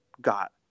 got